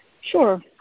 Sure